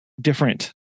different